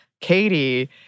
Katie